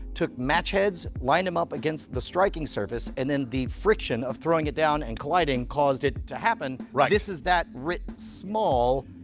took match heads, lined em up against the striking surface and then the friction of throwing it down and colliding caused it to happen. right. this is that small,